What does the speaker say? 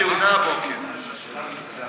את צריכה, כדאי שתקשיבי,